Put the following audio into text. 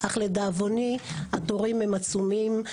אך לדאבוני התורים הם עצומים.